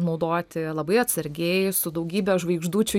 naudoti labai atsargiai su daugybe žvaigždučių